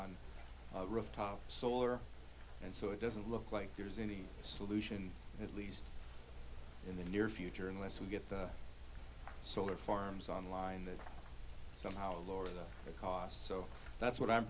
on rooftop solar and so it doesn't look like there's any solution at least in the near future unless we get the solar farms on line that somehow lower the cost so that's what i'm